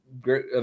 great